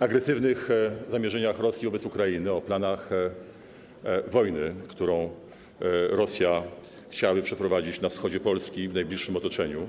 agresywnych zamierzeniach Rosji wobec Ukrainy, o planach wojny, którą Rosja chciałaby przeprowadzić na wschodzie Polski, w najbliższym otoczeniu.